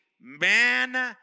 man